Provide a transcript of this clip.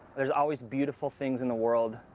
there's always beautiful things in the world.